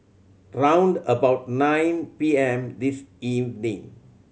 round about nine P M this evening